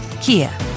Kia